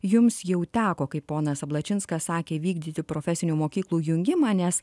jums jau teko kaip ponas ablačinskas sakė vykdyti profesinių mokyklų jungimą nes